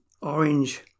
orange